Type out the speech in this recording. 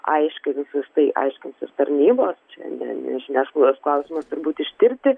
aiškinsis tai aiškinsis tarnybos čia ne ne žiniasklaidos klausimas turbūt ištirti